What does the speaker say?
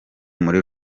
muri